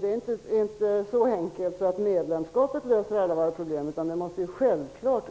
Det är inte så enkelt att medlemskapet löser alla våra problem, utan det måste självfallet